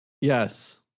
Yes